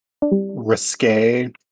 risque